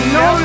no